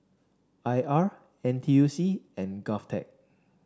I R N T U C and Govtech